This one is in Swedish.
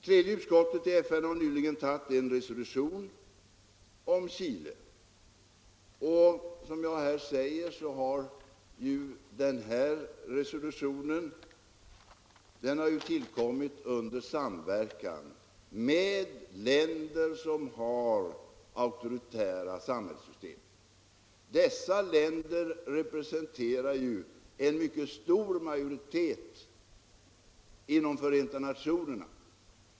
Tredje utskottet i FN har nyligen antagit en resolution om Chile, och som jag här säger har den resolutionen tillkommit under samverkan med länder som har auktoritära samhällssystem. Dessa länder representerar en mycket stor majoritet inom Förenta nationerna.